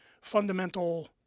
fundamental